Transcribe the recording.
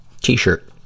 T-shirt